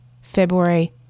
February